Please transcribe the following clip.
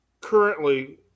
currently